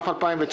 (מ/1291)